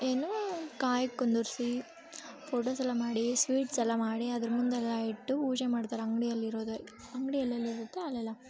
ಏನು ಕಾಯಿ ಕುಂದುರ್ಸಿ ಫೋಟೋಸ್ ಎಲ್ಲ ಮಾಡಿ ಸ್ವೀಟ್ಸ್ ಎಲ್ಲ ಮಾಡಿ ಅದ್ರ ಮುಂದೆಲ್ಲ ಇಟ್ಟು ಪೂಜೆ ಮಾಡ್ತಾರೆ ಅಂಗಡಿಯಲ್ಲಿರೋದೆ ಅಂಗಡಿ ಎಲ್ಲೆಲ್ಲಿ ಇರುತ್ತೋ ಅಲ್ಲೆಲ್ಲ